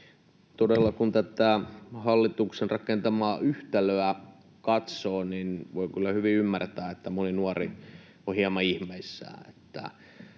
Todella, kun tätä hallituksen rakentamaa yhtälöä katsoo, niin voi kyllä hyvin ymmärtää, että moni nuori on hieman ihmeissään.